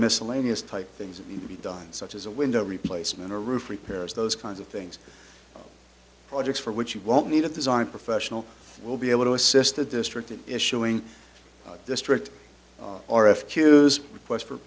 miscellaneous type things in the to be done such as a window replacement or roof repairs those kinds of things projects for which you won't need it the zine professional will be able to assist the district in issuing district or if queues requests for